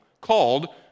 called